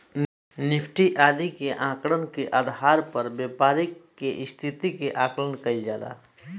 Nifty आदि के आंकड़न के आधार पर व्यापारि के स्थिति के आकलन कईल जाला